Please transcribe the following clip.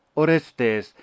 Orestes